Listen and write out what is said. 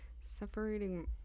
separating